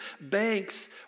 banks